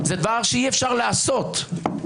זה דבר שאי-אפשר לעשות.